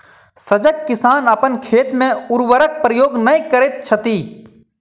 सजग किसान अपन खेत मे उर्वरकक प्रयोग नै करैत छथि